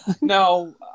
No